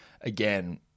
Again